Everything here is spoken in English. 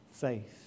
Faith